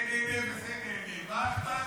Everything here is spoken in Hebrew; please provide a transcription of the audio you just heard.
זה נהנה וזה נהנה,